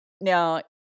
Now